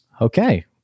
okay